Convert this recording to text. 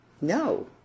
No